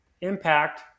impact